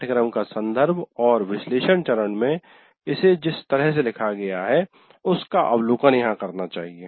पाठ्यक्रम का संदर्भ और विश्लेषण चरण में इसे जिस तरह से लिखा गया है उसका अवलोकन यहां करना चाहिए